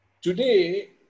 Today